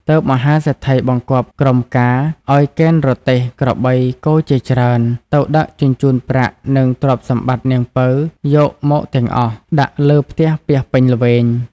ទើបមហាសេដ្ឋីបង្គាប់ក្រុមការឲ្យកេណ្ឌរទេះក្របីគោជាច្រើន ទៅដឹកជញ្ជូនប្រាក់និងទ្រព្យសម្បត្តិនាងពៅ យកមកទាំងអស់ ដាក់លើផ្ទះពាសពេញល្វែង។